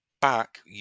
back